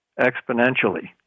exponentially